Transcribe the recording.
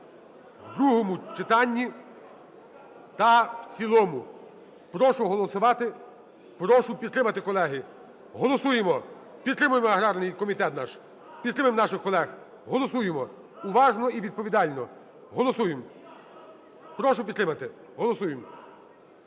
в другому читанні та в цілому. Прошу голосувати, прошу підтримати, колеги. Голосуємо! Підтримаємо аграрний комітет наш! Підтримаємо наших колег! Голосуємо уважно і відповідально. Голосуємо. Прошу підтримати. Голосуємо.